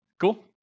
Cool